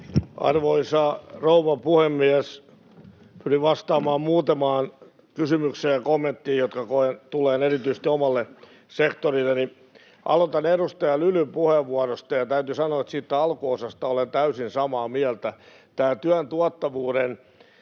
Arvoisa rouva puhemies! Pyrin vastaamaan muutamaan kysymykseen ja kommenttiin, joiden koen tulleen erityisesti omalle sektorilleni. Aloitan edustaja Lylyn puheenvuorosta, ja täytyy sanoa, että siitä alkuosasta olen täysin samaa mieltä. Se työn tuottavuus